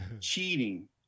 cheating